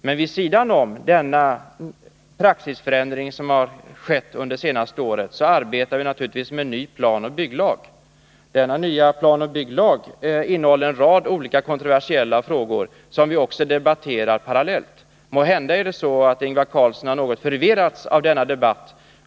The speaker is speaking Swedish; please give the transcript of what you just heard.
Men vid sidan om den praxisförändring som har skett under det senaste året arbetar vi med en ny planoch bygglag. Denna nya lag innehåller en rad kontroversiella frågor som vi också debatterar parallellt. Måhända har Ingvar Carlsson något förvirrats av denna debatt.